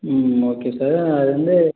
ம் okay sir அது வந்து